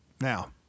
now